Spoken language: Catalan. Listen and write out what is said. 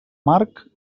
marc